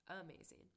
Amazing